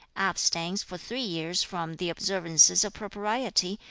abstains for three years from the observances of propriety,